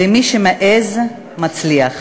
ומי שמעז, מצליח.